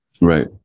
Right